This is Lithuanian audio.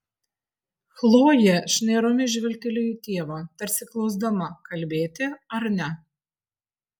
chlojė šnairomis žvilgtelėjo į tėvą tarsi klausdama kalbėti ar ne